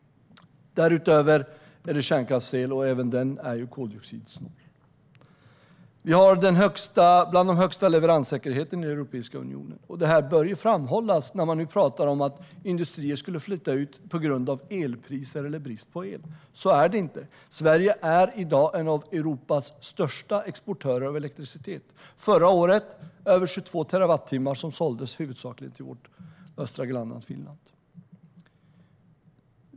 Därutöver har vi kärnkraftsel, och även den är koldioxidsnål. Leveranssäkerheten är bland den högsta i Europeiska unionen. Allt detta bör framhållas när man talar om att industrier skulle flytta ut på grund av elpriser eller brist på el. Så är det inte. Sverige är i dag en av Europas största exportörer av elektricitet. Förra året såldes över 22 terawattimmar till i huvudsak vårt östra grannland Finland.